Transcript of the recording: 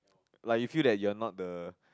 like you feel that you are not the